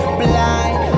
blind